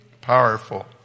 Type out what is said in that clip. powerful